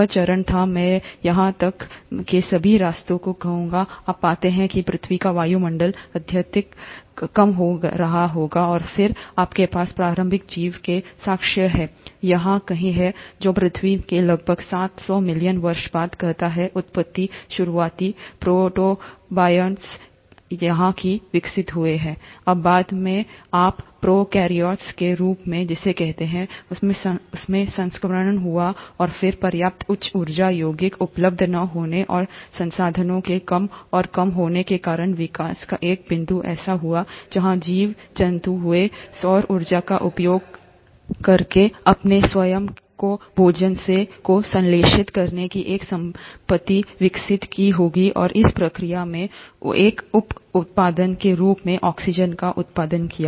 यह चरण था मैं यहाँ तक के सभी रास्तों से कहूंगा आप पाते हैं कि पृथ्वी का वायुमंडल अत्यधिक कम हो रहा होगा और फिर आपके पास प्रारंभिक जीवन के साक्ष्य हैं यहाँ कहीं है जो पृथ्वी के लगभग सात सौ मिलियन वर्ष बाद कहता है उत्पत्ति शुरुआती प्रोटोबायन्ट्स यहाँ कहीं विकसित हुए हैं बाद में आप प्रोकैरियोट्स के रूप में जिसे कहते हैं उसमें संक्रमण हुआ और फिर पर्याप्त उच्च ऊर्जा यौगिक उपलब्ध न होने और संसाधनों के कम और कम होने के कारण विकास का एक बिंदु ऐसा हुआ जहाँ जीव जंतु हुए सौर ऊर्जा का उपयोग करके अपने स्वयं के भोजन को संश्लेषित करने की एक संपत्ति विकसित की होगी और इस प्रक्रिया में एक उप उत्पाद के रूप में ऑक्सीजन का उत्पादन किया